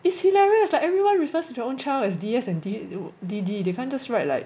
is hilarious like everyone refers to their own child as d s and d d they can't just write like